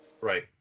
Right